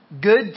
Good